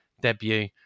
debut